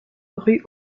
rue